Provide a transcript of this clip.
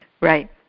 Right